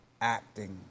acting